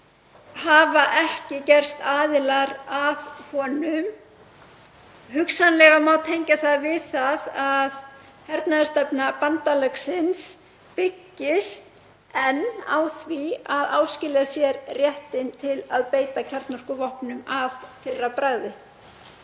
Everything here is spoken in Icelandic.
hafa ekki gerst aðilar að honum. Hugsanlega má tengja það við að hernaðarstefna bandalagsins byggist enn á því að áskilja sér rétt til að beita kjarnorkuvopnum að fyrra bragði.